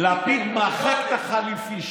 לפיד מחק את החליפי,